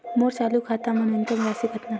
मोर चालू खाता मा न्यूनतम राशि कतना हे?